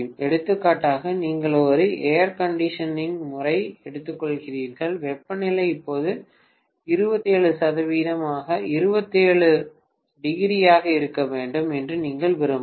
எடுத்துக்காட்டாக நீங்கள் ஒரு ஏர் கண்டிஷனிங் முறையை எடுத்துக்கொள்கிறீர்கள் வெப்பநிலை எப்போதும் 27o ஆக இருக்க வேண்டும் என்று நீங்கள் விரும்பலாம்